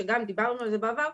שדיברנו על זה בעבר,